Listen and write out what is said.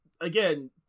again